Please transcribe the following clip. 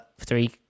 three